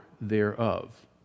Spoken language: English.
thereof